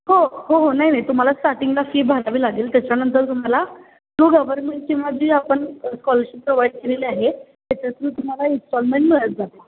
हो हो हो नाही नाही तुम्हाला स्टार्टिंगला फी भरावी लागेल त्याच्यानंतर तुम्हाला थ्रू गव्हर्मेंट स्कीम जी आपण स्कॉलरशिप प्रोव्हाइड केलेली आहे त्याच्या थ्रू तुम्हाला इनस्टॉलमेंट मिळत जाते